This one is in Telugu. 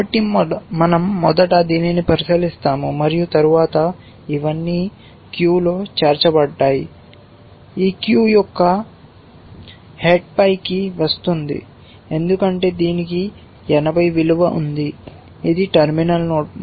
కాబట్టి మన০ మొదట దీనిని పరిశీలిస్తాము మరియు తరువాత ఇవన్నీ క్యూలో చేర్చబడ్డాయి ఇది క్యూ యొక్క తలపైకి వస్తుంది ఎందుకంటే దీనికి 80 విలువ ఉంది ఇది టెర్మినల్ నోడ్